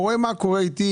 הוא רואה מה קורה איתו,